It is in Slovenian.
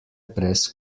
brez